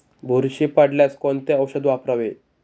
बुरशी पडल्यास कोणते औषध वापरावे?